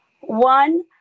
one